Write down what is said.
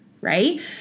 right